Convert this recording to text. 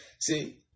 See